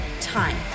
time